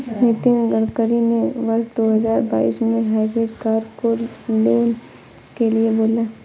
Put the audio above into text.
नितिन गडकरी ने वर्ष दो हजार बाईस में हाइब्रिड कार को लाने के लिए बोला